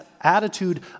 attitude